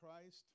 Christ